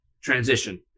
transition